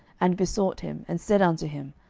and besought him, and said unto him,